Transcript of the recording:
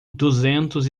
duzentos